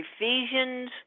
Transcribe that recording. Ephesians